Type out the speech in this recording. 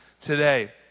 today